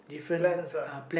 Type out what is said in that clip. plans ah